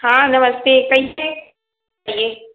हाँ नमस्ते कैसे चाहिए